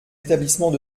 établissements